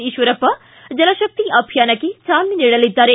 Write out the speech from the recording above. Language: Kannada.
ಈಶ್ವರಪ್ಪ ಜಲಶಕ್ತಿ ಅಭಿಯಾನಕ್ಕೆ ಚಾಲನೆ ನೀಡಲಿದ್ದಾರೆ